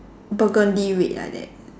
burgundy red like that